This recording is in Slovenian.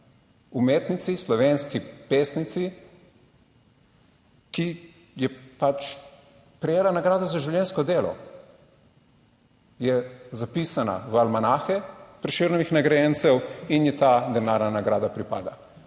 umetnici, slovenski pesnici. Ki je pač prejela nagrado za življenjsko delo. Je zapisana v almanahe Prešernovih nagrajencev in ji ta denarna nagrada pripada.